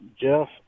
Jeff